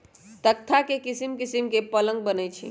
तकख्ता से किशिम किशीम के पलंग कुर्सी बनए छइ